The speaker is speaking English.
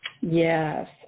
Yes